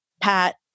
Pat